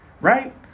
Right